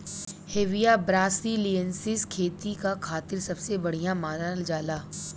Hevea ब्रासिलिएन्सिस खेती क खातिर सबसे बढ़िया मानल जाला